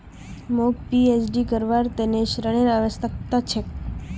मौक पीएचडी करवार त न ऋनेर आवश्यकता छ